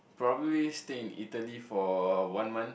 probably stay in Italy for one month